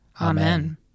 Amen